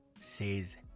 says